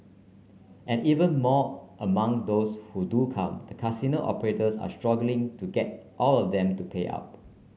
and even among those who do come the casino operators are struggling to get all of them to pay up